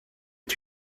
est